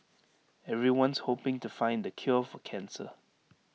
everyone's hoping to find the cure for cancer